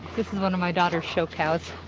this is one of my daughter's show cows.